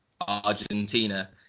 Argentina